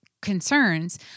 concerns